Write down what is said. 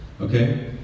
Okay